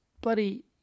bloody